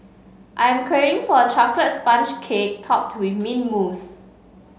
I am craving for a chocolate sponge cake topped with mint mousse